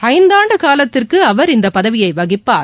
ஐந்தாண்டு காலத்திற்கு அவர் இந்த பதவியை வகிப்பார்